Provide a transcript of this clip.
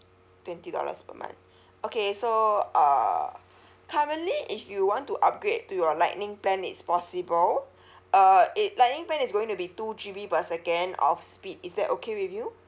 twenty dollars per month okay so uh currently if you want to upgrade to your lightning plan it's possible uh it lightning plan is going to be two G_B per second of speed is that okay with you